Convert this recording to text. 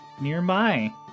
nearby